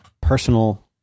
personal